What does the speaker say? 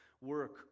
work